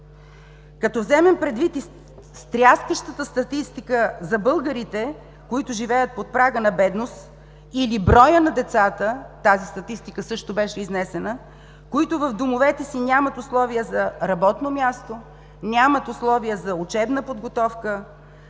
Като вземем предвид и стряскащата статистика за българите, които живеят под прага на бедност, или броят на децата – тази статистика също беше изнесена, които в домовете си нямат условия за работно място, нямат условия за учебна подготовка,